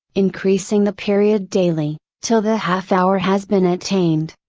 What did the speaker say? increasing the period daily, till the half hour has been attained.